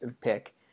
pick